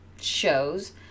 shows